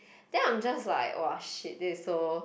then I'm just like !wah! shit this is so